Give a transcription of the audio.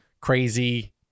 crazy